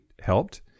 helped